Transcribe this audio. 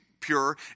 pure